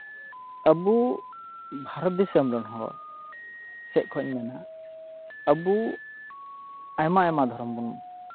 ᱟᱵᱚ ᱵᱷᱟᱨᱚᱛ ᱫᱤᱥᱚᱢ ᱨᱮᱱ ᱦᱚᱲ ᱥᱮᱫ ᱠᱷᱚᱱᱤᱧ ᱢᱮᱱᱟ ᱟᱵᱚ ᱟᱭᱢᱟ ᱟᱭᱢᱟ ᱫᱷᱚᱨᱚᱢ ᱵᱚᱱ